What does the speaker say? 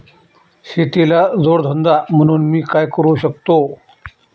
शेतीला जोड धंदा म्हणून मी काय करु शकतो?